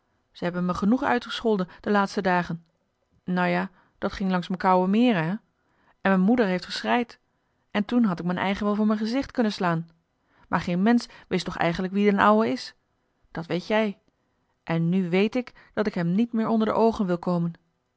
ze hebben me genoeg uitgescholden de laatste dagen nou ja dat ging langs m'n kouwe meeren hè en m'n moeder heeft geschreid en toen had ik m'n eigen wel voor m'n gezicht kunnen slaan maar geen mensch wist toch eigenlijk wie d'n ouwe is dat weet jij en nu wéét ik dat ik hem niet meer onder de oogen wil komen